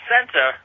Center